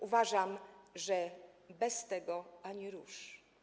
Uważam, że bez tego ani rusz.